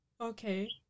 Okay